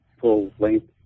full-length